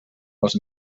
els